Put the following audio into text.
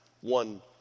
One